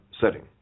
setting